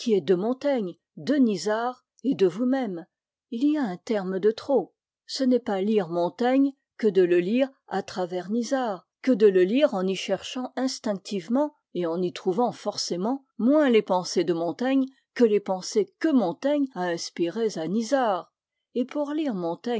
de montaigne de nisard et de vous-même il y a un terme de trop ce n'est pas lire montaigne que de le lire à travers nisard que de le lire en y cherchant instinctivement et en y trouvant forcément moins les pensées de montaigne que les pensées que montaigne a inspirées à nisard et pour lire